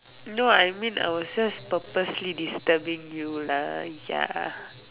no I mean I was just purposely disturbing you lah ya